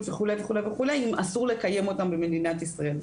וכולי' אם אסור לקיים אותם במדינת ישראל.